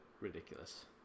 ridiculous